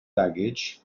baggage